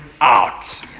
out